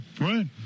Right